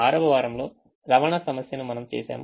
ఆరవ వారంలో రవాణా సమస్య ను మనము చేసాము